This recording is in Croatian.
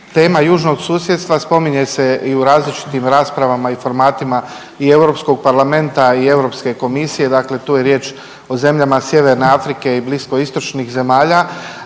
Tema Južnog susjedstva spominje se i u različiti raspravama i formatima i Europskog parlamenta i Europske komisije, dakle tu je riječ o zemljama Sjeverne Afrike i Bliskoistočnih zemalja